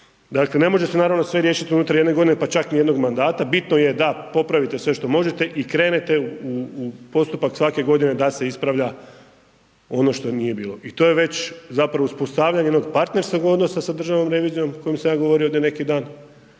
Dakle ne može se naravno sve riješiti unutar jedne godine pa čak ni jednog mandata, bitno je da popravite sve što možete i krenete u postupak svake godine da se ispravlja ono što nije bilo i to je već zapravo uspostavljanje jednog partnerskog odnosa sa Državnom revizijom o kojoj sam ja govorio do neki dan,